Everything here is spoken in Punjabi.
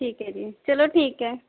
ਠੀਕ ਹੈ ਜੀ ਚਲੋ ਠੀਕ ਹੈ